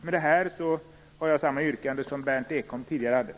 Jag har samma yrkande som Berndt Ekholm tidigare framfört.